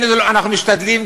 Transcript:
אנחנו משתדלים,